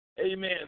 Amen